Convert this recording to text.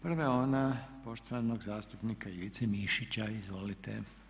Prva je ona poštovanog zastupnika Ivice Mišića, izvolite.